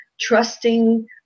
trusting